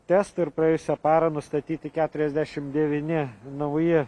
testų ir praėjusią parą nustatyti keturiasdešimt devyni nauji